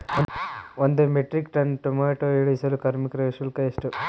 ಒಂದು metric ton tomato ಇಳಿಸಲು ಕಾರ್ಮಿಕರ ಶುಲ್ಕ ಎಷ್ಟು?